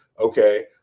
Okay